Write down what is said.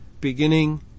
beginning